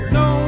no